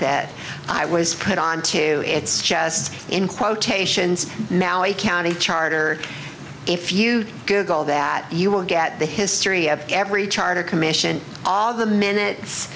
that i was put on to it's just in quotations now a county charter if you google that you will get the history of every charter commission all the minutes